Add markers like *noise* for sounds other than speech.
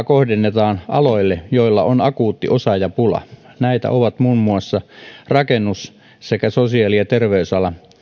*unintelligible* kohdennetaan aloille joilla on akuutti osaajapula näitä ovat muun muassa rakennus sekä sosiaali ja terveysala